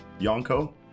Yonko